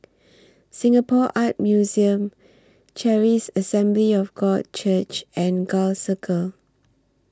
Singapore Art Museum Charis Assembly of God Church and Gul Circle